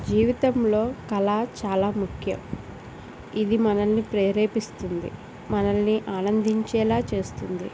జీవితంలో కళ చాలా ముఖ్యం ఇది మనల్ని ప్రేరేపిస్తుంది మనల్ని ఆనందించేలా చేస్తుంది